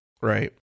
right